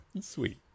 Sweet